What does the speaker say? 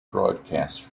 broadcasts